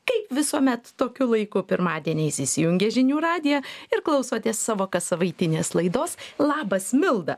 kaip visuomet tokiu laiku pirmadieniais įsijungę žinių radiją ir klausotės savo kassavaitinės laidos labas milda